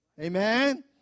Amen